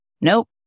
Nope